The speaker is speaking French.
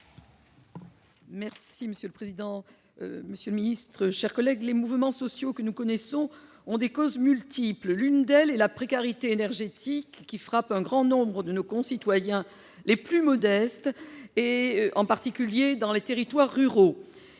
est ainsi libellé : La parole est à Mme Colette Mélot. Les mouvements sociaux que nous connaissons ont des causes multiples. L'une d'elles est la précarité énergétique qui frappe un grand nombre de nos concitoyens les plus modestes, en particulier dans les territoires ruraux.